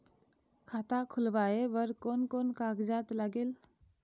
खाता खुलवाय बर कोन कोन कागजात लागेल?